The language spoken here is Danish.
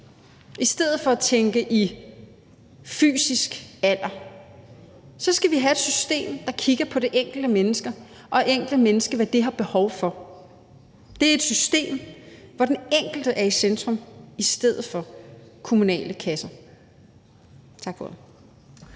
i stedet for at tænke i fysisk alder skal vi have et system, der kigger på det enkelte menneske og på, hvad det enkelte menneske har behov for. Det er et system, hvor den enkelte er i centrum i stedet for kommunale kasser. Tak for ordet.